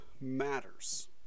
matters